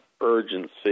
urgency